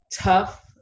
tough